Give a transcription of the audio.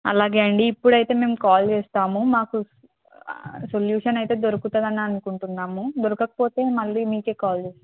అలాగే అండి ఇప్పుడు అయితే మేము కాల్ చేస్తాము మాకు సొల్యూషన్ అయితే దొరుకుతుంది అని అనుకుంటున్నాము దొరకకపోతే మళ్ళీ మీకే కాల్ చేస్తాం